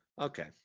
Okay